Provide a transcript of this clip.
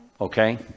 okay